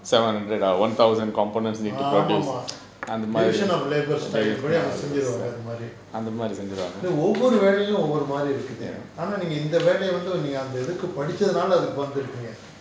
ஆமா மா:aama maa division of labours style படி அவங்க செஞ்சிடுவாங்க அதுமாரி ஒவ்வொரு வேலையிலும் ஒவ்வொரு மாரி இருக்குது ஆனா நீங்க இந்த வேலைய வந்து ஒரு நீங்க அந்த இதுக்கு படிச்சதுனால அதுக்கு வந்து இருக்கீங்க:padi avanga senjiduvaanga athu maari ovvoru velayilum ovvoru maari irukkuthu aana neenga intha velaya vanthu oru neenga antha ithukku padichathu naala athukku vanthu irukkeenga